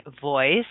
voice